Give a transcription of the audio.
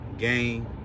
game